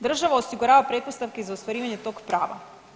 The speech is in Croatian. Država osigurava pretpostavke za ostvarivanje tog prava.